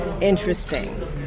interesting